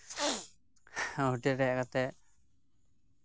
hotel ᱨᱮ ᱛᱟᱦᱮᱸᱠᱟᱛᱮᱫ